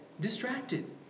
distracted